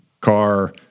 car